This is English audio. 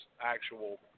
actual